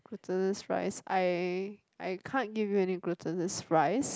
glutinous rice I I can't give you any glutinous rice